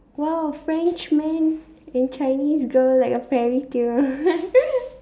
!wow! French man and Chinese girl like a fairy tale